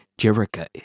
Jerica